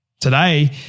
today